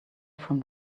from